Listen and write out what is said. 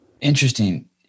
interesting